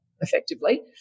effectively